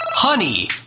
Honey